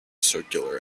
circular